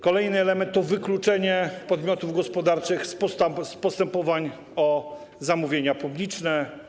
Kolejny element to wykluczenie podmiotów gospodarczych z postępowań o zamówienia publiczne.